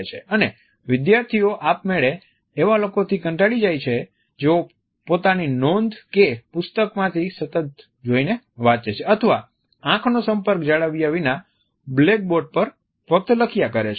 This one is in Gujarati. અને વિધાર્થીઓ આપમેળે એવા લોકોથી કંટાળી જાય છે જેઓ પોતાની નોંધ કે પુસ્તક માંથી સતત જોઇને વાંચે છે અથવા આંખનો સંપર્ક જાળવ્યા વિના બ્લેકબોર્ડ પર ફક્ત લખ્યા કરે છે